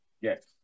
Yes